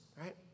right